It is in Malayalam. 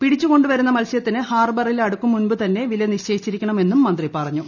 പിടിച്ചുകൊണ്ടുവരുന്ന മത്സൃത്തിന് ഹാർബറിൽ അടുക്കും മുമ്പു തന്നെ വില നിചയിച്ചിരിക്കണമെന്നും മന്ത്രി പറഞ്ഞു